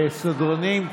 סדרנים,